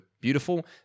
beautiful